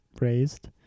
raised